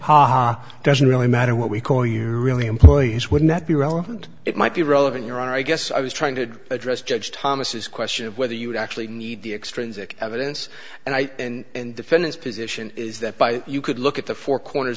ha ha doesn't really matter what we call you really employees would not be relevant it might be relevant your honor i guess i was trying to address judge thomas question of whether you actually need the extra evidence and i and defendants position is that by you could look at the four corners